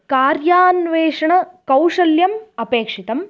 कार्यान्वेषणकौशल्यम् अपेक्षितम्